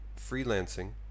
freelancing